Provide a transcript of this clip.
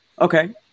Okay